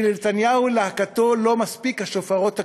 כי לנתניהו ולהקתו לא מספיקים השופרות הקיימים,